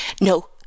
No